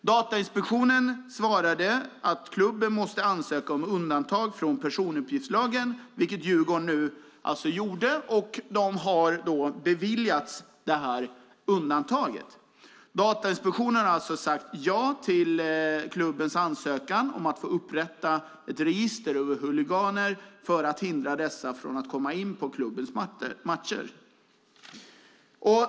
Datainspektionen svarade att klubben måste ansöka om undantag från personuppgiftslagen, vilket Djurgården gjorde och beviljades undantaget. Datainspektionen har alltså sagt ja till klubbens ansökan om att få upprätta ett register över huliganer för att hindra dessa från att komma in på klubbens matcher.